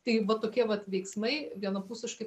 tai va tokie vat veiksmai vienapusiškai